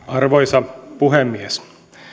arvoisa puhemies meillä kaikilla